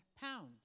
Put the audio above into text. pounds